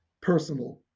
personal